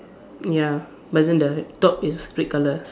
ya but then the top is red colour